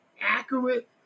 accurate